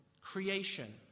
creation